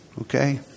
okay